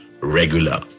regular